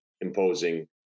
imposing